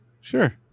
Sure